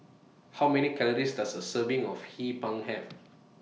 How Many Calories Does A Serving of Hee Pan Have